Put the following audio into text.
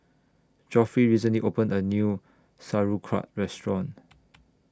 Geoffrey recently opened A New Sauerkraut Restaurant